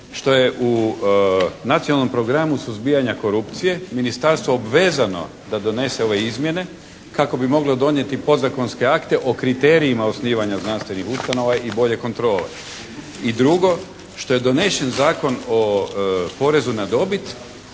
što je u Nacionalnom programu suzbijanja korupcije ministarstvo obvezano da donese ove izmjene kako bi moglo donijeti podzakonske akte o kriterijima osnivanja znanstvenih ustanova i bolje kontrole. I drugo, što je donesen Zakon o porezu na dobit,